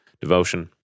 Devotion